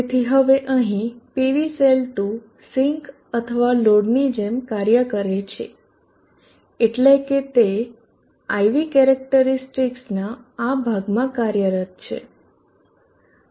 તેથી હવે અહીં PV સેલ 2 સિંક અથવા લોડની જેમ કાર્ય કરે છે એટલે કે તે IV કેરેક્ટરીસ્ટિકસના આ ભાગમાં કાર્યરત છે